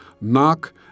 Knock